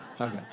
Okay